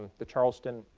the charleston,